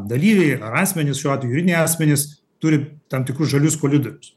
dalyviai ar asmenys šiuo atveju juridiniai asmenys turi tam tikrus žalius kolidorius